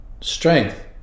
Strength